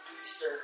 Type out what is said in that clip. Easter